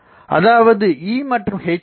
அதாவது E மற்றும் H புலம்